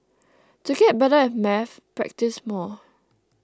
to get better at maths practise more